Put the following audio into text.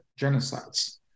genocides